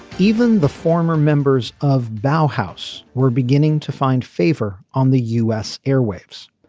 even the former members of vow house were beginning to find favor on the u s. airwaves.